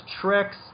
tricks